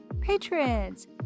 patrons